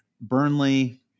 Burnley